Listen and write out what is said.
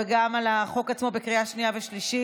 וגם על החוק עצמו בקריאה שנייה ושלישית.